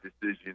decision